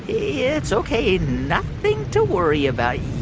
it's ok. nothing to worry about.